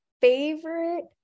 favorite